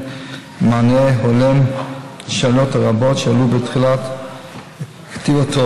מענה הולם לשאלות הרבות שעלו בתחילת כתיבתו.